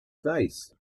face